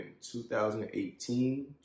2018